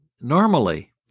normally